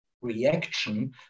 reaction